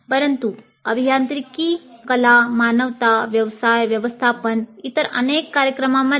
परंतु अभियांत्रिकी कला मानवता व्यवसाय व्यवस्थापन इतर अनेक कार्यक्रमांमध्ये